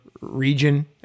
region